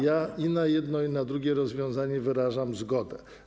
Ja i na jedno, i na drugie rozwiązanie wyrażam zgodę.